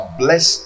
bless